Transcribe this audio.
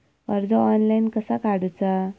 कर्ज ऑनलाइन कसा काडूचा?